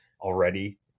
already